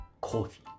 Coffee